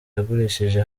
yagurishije